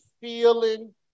feeling